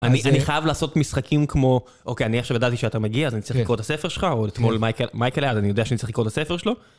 אני חייב לעשות משחקים כמו, אוקיי, אני עכשיו ידעתי שאתה מגיע, אז אני צריך לקרוא את הספר שלך, או אתמול מייקל היה, אז אני יודע שאני צריך לקרוא את הספר שלו.